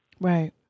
Right